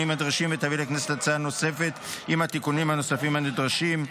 הנדרשים ותביא לכנסת הצעה נוספת עם התיקונים הנוספים הנדרשים.